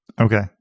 Okay